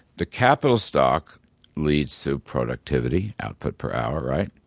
the capital stock leads to productivity, output per hour, right?